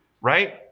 right